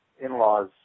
in-laws